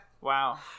Wow